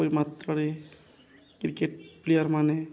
ମାତ୍ରାରେ cricket player ମାନେ